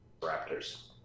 Raptors